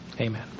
Amen